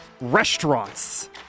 restaurants